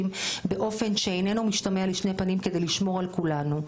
באופן שאיננו משתמע לשני פנים כדי לשמור על כולנו,